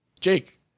Jake